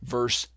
Verse